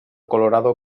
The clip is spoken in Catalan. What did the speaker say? colorado